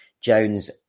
Jones